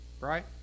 Right